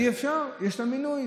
אי-אפשר, יש לה מינוי.